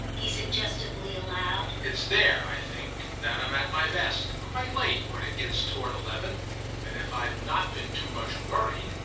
he suggestively allowed, it's there, i think, that i'm at my best quite late, when it gets toward eleven and if i've not been too much worried.